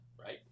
Right